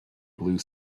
blue